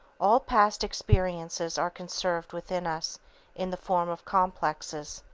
all past experiences are conserved within us in the form of complexes.